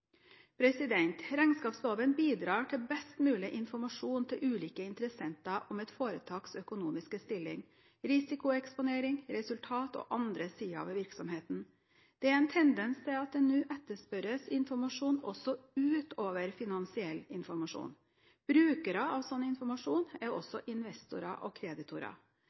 Regnskapsloven bidrar til best mulig informasjon til ulike interessenter om et foretaks økonomiske stilling, risikoeksponering, resultat og andre sider ved virksomheten. Det er en tendens til at det nå etterspørres informasjon også utover finansiell informasjon. Brukere av slik informasjon er også investorer og kreditorer.